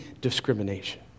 discrimination